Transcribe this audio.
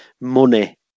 money